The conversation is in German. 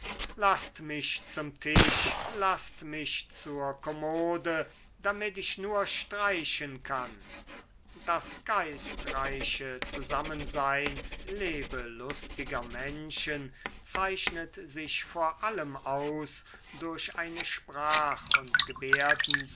laßt mich zum tisch laßt mich zur kommode damit ich nur streichen kann das geistreiche zusammensein lebelustiger menschen zeichnet sich vor allem aus durch eine sprach und